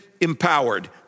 empowered